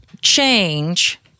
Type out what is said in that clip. change